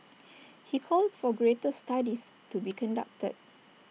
he called for greater studies to be conducted